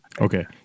Okay